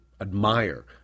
admire